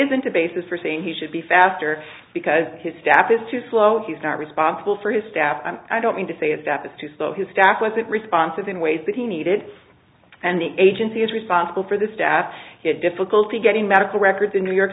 isn't a basis for saying he should be faster because his staff is too slow and he's not responsible for his staff i don't mean to say is that it's too slow his staff wasn't responsive in ways that he needed and the agencies responsible for the staff had difficulty getting medical records in new york